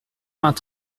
vingt